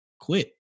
quit